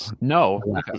no